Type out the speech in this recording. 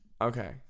Okay